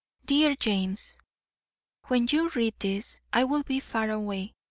dear james when you read this i will be far away,